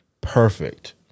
perfect